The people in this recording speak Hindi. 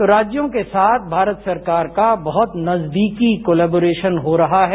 तो राज्यों के साथ भारत सरकार का बहुत नजदीकी कोलेबोरेशन हो रहा है